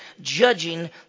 judging